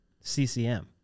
CCM